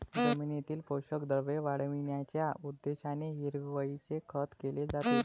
जमिनीतील पोषक द्रव्ये वाढविण्याच्या उद्देशाने हिरवळीचे खत केले जाते